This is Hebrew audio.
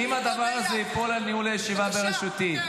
אם הדבר הזה ייפול על ניהול המליאה בראשותי.